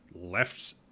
left